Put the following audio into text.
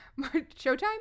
showtime